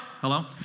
Hello